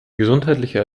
gesundheitliche